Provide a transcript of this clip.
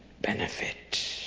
benefit